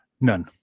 None